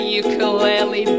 ukulele